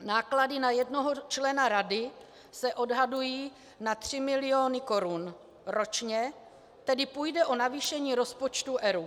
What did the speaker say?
Náklady na jednoho člena rady se odhadují na tři miliony korun ročně, tedy půjde o navýšení rozpočtu ERÚ.